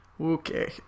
Okay